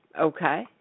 okay